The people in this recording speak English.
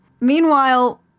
Meanwhile